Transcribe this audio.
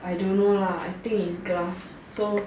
I don't know lah I think is glass so